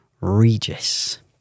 Regis